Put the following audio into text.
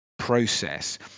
process